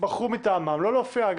בחרו מטעמם לא להופיע,